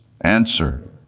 Answer